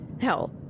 hell